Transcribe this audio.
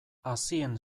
hazien